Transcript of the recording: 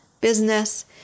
business